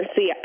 See